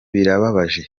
birababaje